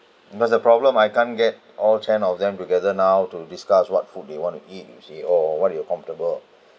but the problem I can't get all ten of them together now to discuss what food do you want to eat you see or what they are comfortable